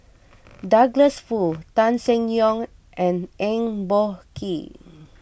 Douglas Foo Tan Seng Yong and Eng Boh Kee